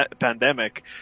pandemic